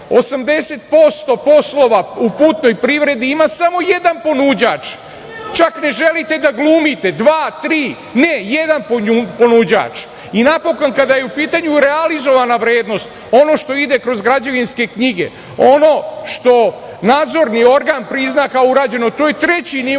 80% poslova u putnoj privredi ima samo jedan ponuđač, čak ne želite da glumite dva, tri, ne, jedan ponuđač. I napokon, kada je u pitanju realizovana vrednost, ono što ide kroz građevinske knjige, ono što nadzorni organ prizna kao urađeno, to je treći nivo